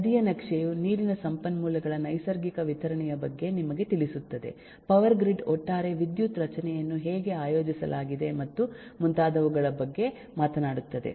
ನದಿಯ ನಕ್ಷೆಯು ನೀರಿನ ಸಂಪನ್ಮೂಲಗಳ ನೈಸರ್ಗಿಕ ವಿತರಣೆಯ ಬಗ್ಗೆ ನಿಮಗೆ ತಿಳಿಸುತ್ತದೆ ಪವರ್ ಗ್ರಿಡ್ ಒಟ್ಟಾರೆ ವಿದ್ಯುತ್ ರಚನೆಯನ್ನು ಹೇಗೆ ಆಯೋಜಿಸಲಾಗಿದೆ ಮತ್ತು ಮುಂತಾದವುಗಳ ಬಗ್ಗೆ ಮಾತನಾಡುತ್ತದೆ